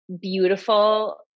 beautiful